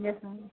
yes ma'am